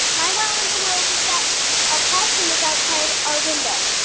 my wow in the world is that a possum was outside our window.